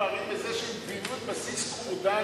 מתפארים בזה שהם פינו את בסיס כורדני,